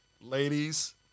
ladies